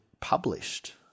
published